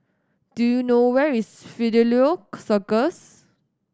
do you know where is Fidelio Circus